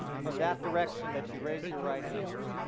from that direction that you raise your right hand.